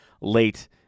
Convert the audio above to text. late